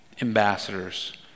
ambassadors